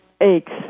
Aches